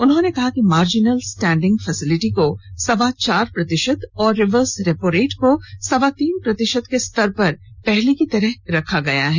उन्होंने कहा कि मार्जिनल स्टैंडिंग फैसिलिटी को सवा चार प्रतिशत और रिवर्स रेपोरेट को सवा तीन प्रतिशत के स्तर पर पहले की तरह रखा गया है